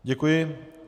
Děkuji.